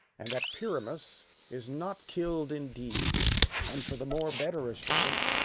and that pyramus is not kill'd indeed and for the more better assurance,